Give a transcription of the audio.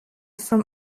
from